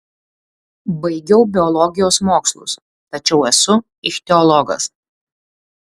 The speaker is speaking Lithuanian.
baigiau biologijos mokslus tačiau esu ichtiologas